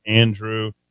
Andrew